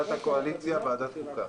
עמדת הקואליציה ועדת חוקה.